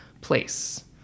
place